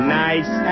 nice